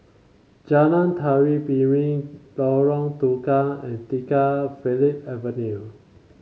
Jalan Tari Piring Lorong Tukang and Tiga Phillip Avenue